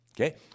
Okay